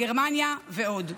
גרמניה ועוד.